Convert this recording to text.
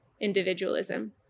individualism